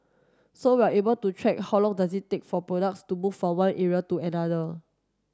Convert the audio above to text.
so we're able to track how long does it take for products to move from one area to another